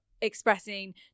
expressing